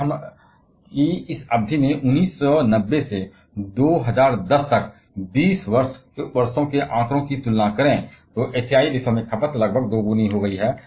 यदि हम 20 वर्षों की इस अवधि में 1990 से 2010 तक के आंकड़ों की तुलना करें तो एशियाई देशों में खपत लगभग दोगुनी हो गई है